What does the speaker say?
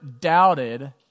doubted